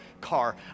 car